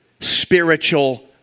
spiritual